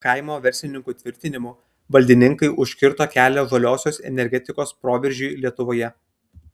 kaimo verslininkų tvirtinimu valdininkai užkirto kelią žaliosios energetikos proveržiui lietuvoje